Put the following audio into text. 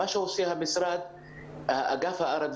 בכל מקום שבו ניתן יהיה להגיד משהו ודאי